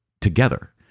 together